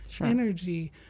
energy